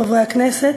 חברי הכנסת,